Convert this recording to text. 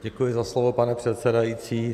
Děkuji za slovo, pane předsedající.